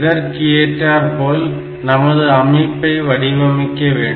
இதற்கு ஏற்றார் போல் நமது அமைப்பை வடிவமைக்க வேண்டும்